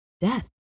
death